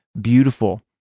beautiful